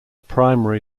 primary